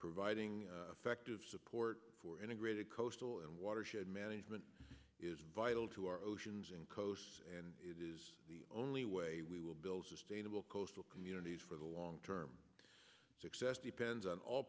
providing affective support for integrated coastal and watershed management is vital to our oceans and coasts and the only way we will build sustainable coastal communities for the long term success depends on all